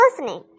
listening